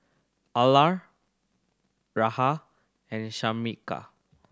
Ellar Rahn and Shamika